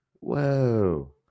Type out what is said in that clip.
Whoa